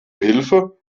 hilfe